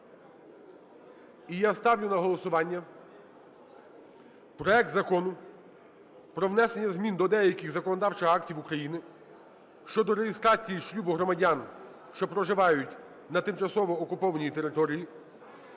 І я ставлю на голосування проект Закону про внесення змін до деяких законодавчих актів України щодо реєстрації шлюбу громадян, що проживають на тимчасово окупованій території